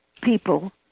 people